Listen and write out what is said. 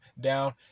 down